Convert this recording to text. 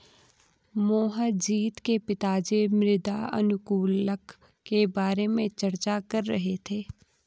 मोहजीत के पिताजी मृदा अनुकूलक के बारे में चर्चा कर रहे थे